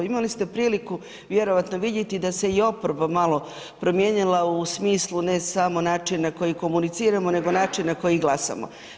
Imali ste priliku vjerojatno vidjeti da se i oporba malo promijenila u smislu ne samo način na koji komuniciramo nego načina koji glasamo.